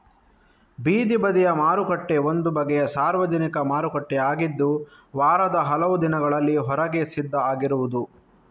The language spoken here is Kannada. ಬೀದಿ ಬದಿಯ ಮಾರುಕಟ್ಟೆ ಒಂದು ಬಗೆಯ ಸಾರ್ವಜನಿಕ ಮಾರುಕಟ್ಟೆ ಆಗಿದ್ದು ವಾರದ ಕೆಲವು ದಿನಗಳಲ್ಲಿ ಹೊರಗೆ ಸಿದ್ಧ ಆಗಿರುದು